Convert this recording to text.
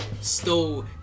stole